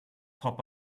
pop